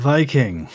Viking